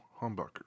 humbucker